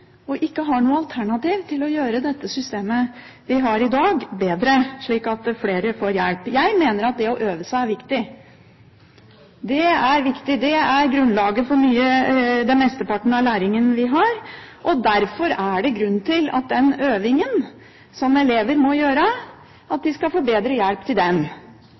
ikke har noe alternativ til å gjøre det systemet vi har i dag, bedre, slik at flere får hjelp. Jeg mener at det å øve seg er viktig. Det er viktig, og det er grunnlaget for mesteparten av læringen. Derfor er det grunn til at elevene skal få bedre hjelp til den øvingen som de må gjøre. Det kan de få av foreldrene sine, og det kan de få